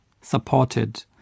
supported